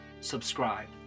subscribe